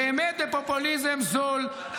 באמת בפופוליזם זול,